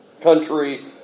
country